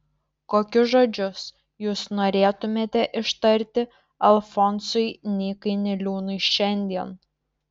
kokius žodžius jūs norėtumėte ištarti alfonsui nykai niliūnui šiandien